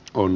oulu